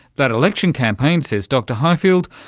that election campaign, says dr highfield,